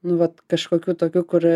nu vat kažkokių tokių kur